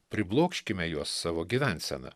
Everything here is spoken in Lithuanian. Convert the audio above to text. priblokškime juos savo gyvensena